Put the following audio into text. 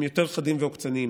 הם יותר חדים ועוקצניים,